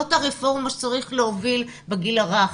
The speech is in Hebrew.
זו הרפורמה שצריך להוביל בגיל הרך.